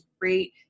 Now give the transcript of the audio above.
great